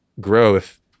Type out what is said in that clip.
growth